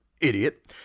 idiot